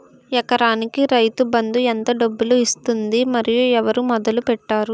ఎకరానికి రైతు బందు ఎంత డబ్బులు ఇస్తుంది? మరియు ఎవరు మొదల పెట్టారు?